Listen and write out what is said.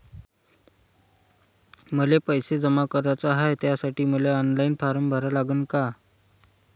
मले पैसे जमा कराच हाय, त्यासाठी मले ऑनलाईन फारम भरा लागन का?